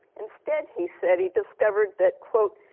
instead, he said, he discovered that quote,